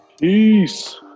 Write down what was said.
Peace